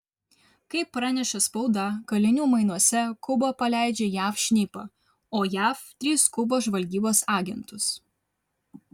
kaip pranešė spauda kalinių mainuose kuba paleidžia jav šnipą o jav tris kubos žvalgybos agentus